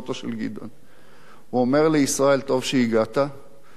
הוא אומר לי: ישראל, טוב שהגעת, בוא, כנס.